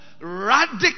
radical